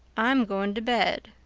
i'm going to bed.